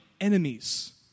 enemies